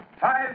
Five